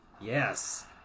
yes